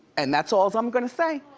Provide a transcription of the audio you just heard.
and that's alls i'm gonna say.